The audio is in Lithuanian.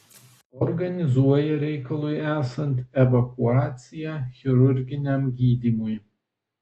organizuoja reikalui esant evakuaciją chirurginiam gydymui